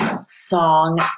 song